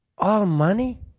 all money?